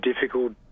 difficult